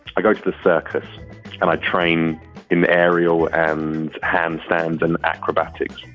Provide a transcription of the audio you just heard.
i go to the circus and i train in ariel and handstands and acrobatics.